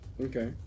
Okay